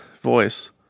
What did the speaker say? voice